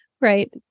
right